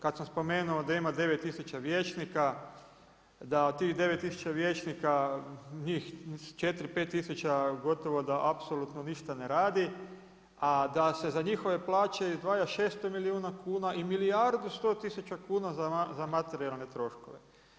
Kad sam spomenuo da ima 9000 vijećnika da od tih 9000 vijećnika njih 4, 5000 gotovo da apsolutno ništa ne radi, a da se za njihove plaće izdvaja 600 milijuna kuna i milijardu i 100 tisuća kuna za materijalne troškove.